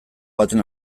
baten